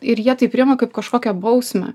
ir jie tai priima kaip kažkokią bausmę